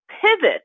pivot